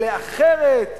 אלה אחרת.